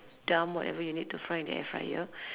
dump whatever you need to fry in the air fryer